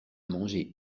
mangé